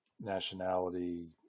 nationality